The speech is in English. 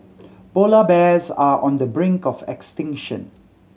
polar bears are on the brink of extinction